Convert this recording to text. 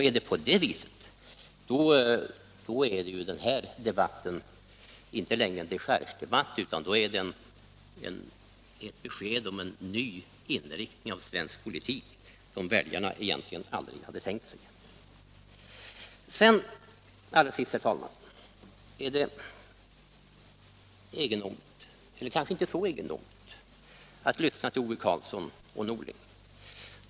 Är det på det viset, då är denna debatt inte längre en dechargedebatt utan då handlar den om en helt ny inriktning av svensk politik som väljarna egentligen aldrig hade tänkt sig. Till sist, herr talman, vill jag säga att det är egendomligt — men kanske inte så förvånande — att lyssna till Ove Karlsson och Bengt Norling.